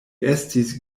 estis